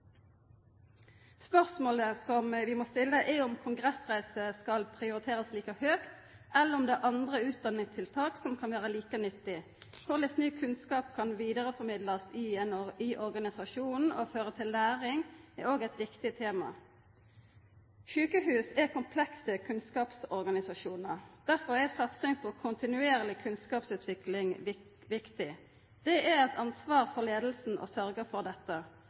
Spørsmålet vi må stilla, er om kongressreiser skal prioriterast like høgt, eller om det er andre utdanningstiltak som vil vera like nyttige. Korleis ny kunnskap kan vidareformidlast i organisasjonen og føra til læring, er òg eit viktig tema. Sjukehusa er komplekse kunnskapsorganisasjonar. Derfor er satsing på kontinuerleg kunnskapsutvikling viktig. Det er eit ansvar for leiinga å sørgja for dette.